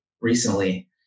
recently